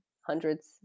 hundreds